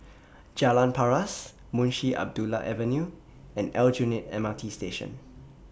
Jalan Paras Munshi Abdullah Avenue and Aljunied M R T Station